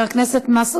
מס'